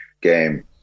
game